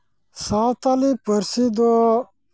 ᱥᱟᱱᱛᱟᱲᱤ ᱯᱟᱹᱨᱥᱤ ᱫᱚ